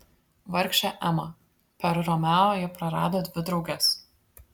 vargšė ema per romeo ji prarado dvi drauges